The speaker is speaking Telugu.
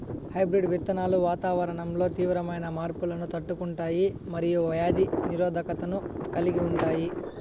హైబ్రిడ్ విత్తనాలు వాతావరణంలో తీవ్రమైన మార్పులను తట్టుకుంటాయి మరియు వ్యాధి నిరోధకతను కలిగి ఉంటాయి